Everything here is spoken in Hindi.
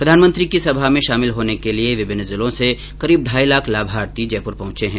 प्रधानमंत्री की सभा में शामिल होने के लिए विभिन्न जिलों से करीब ढाई लाख लाभार्थी जयपुर पहंचे है